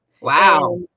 Wow